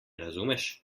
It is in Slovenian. razumeš